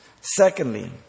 Secondly